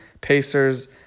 Pacers